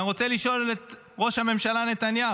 ואני רוצה לשאול את ראש הממשלה נתניהו: